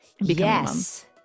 yes